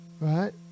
Right